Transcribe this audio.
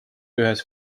ühes